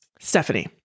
Stephanie